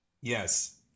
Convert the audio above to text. Yes